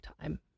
time